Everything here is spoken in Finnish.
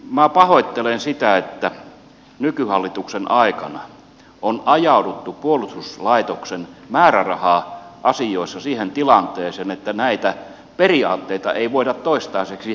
minä pahoittelen sitä että nykyhallituksen aikana on ajauduttu puolustuslaitoksen määräraha asioissa siihen tilanteeseen että näitä periaatteita ei voida toistaiseksi täysin noudattaa